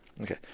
Okay